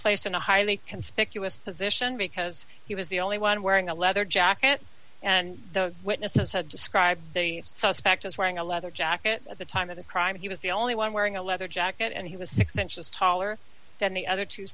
placed in a highly conspicuous position because he was the only one wearing a leather jacket and the witnesses had described the suspect as wearing a leather jacket at the time of the crime he was the only one wearing a leather jacket and he was six inches taller than the other two